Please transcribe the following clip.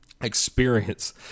experience